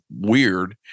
weird